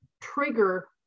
trigger